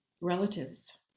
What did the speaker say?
relatives